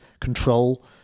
control